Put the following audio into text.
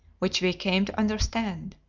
which we came to understand.